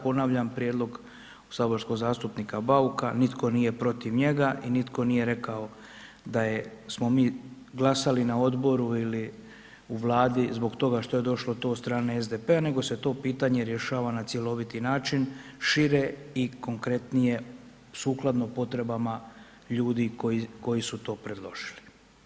Ponavljam, prijedlog saborskog zastupnika Bauka, nitko nije protiv njega i nitko nije rekao da smo mi glasali na odboru ili u Vladi zbog toga što je došlo to od strane SDP-a, nego se to pitanje rješava na cjeloviti način, šire i konkretnije sukladno potrebama ljudi koji su to predložili.